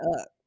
up